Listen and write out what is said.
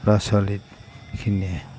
ল'ৰা ছোৱালীখিনিয়ে